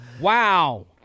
wow